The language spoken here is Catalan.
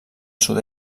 sud